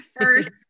first